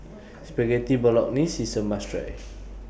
Spaghetti Bolognese IS A must Try